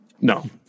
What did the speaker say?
No